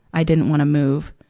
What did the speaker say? i didn't wanna move,